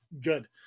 good